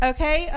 Okay